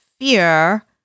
fear